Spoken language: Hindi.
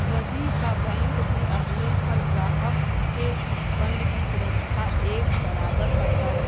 रवि का बैंक भी अपने हर ग्राहक के फण्ड की सुरक्षा एक बराबर करता है